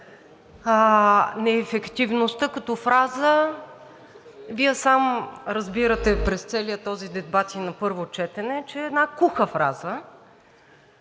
Неефективността като фраза – сам разбирате през целия този дебат, а и на първо четене, че е една куха фраза,